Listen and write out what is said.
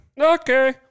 Okay